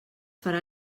farà